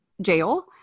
jail